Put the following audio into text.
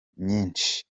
nyishi